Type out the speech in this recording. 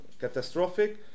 catastrophic